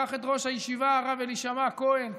קח את ראש הישיבה הרב אלישמע כהן,